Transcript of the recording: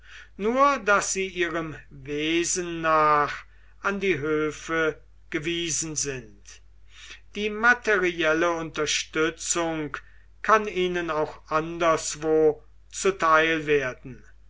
nur daß sie ihrem wesen nach an die höfe gewiesen sind die materielle unterstützung kann ihnen auch anderswo zuteil werden